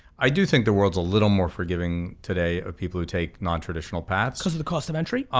i do think the world's a little more forgiving today of people who take non traditional paths. because of the cost of entry?